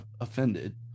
offended